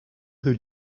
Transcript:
who